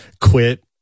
quit